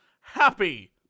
happy